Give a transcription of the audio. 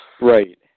Right